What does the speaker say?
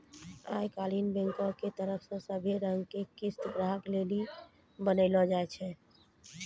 आई काल्हि बैंको के तरफो से सभै रंगो के किस्त ग्राहको लेली बनैलो जाय छै